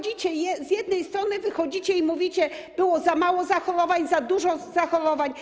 Z jednej strony wychodzicie i mówicie: było za mało zachorowań, za dużo zachorowań.